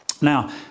Now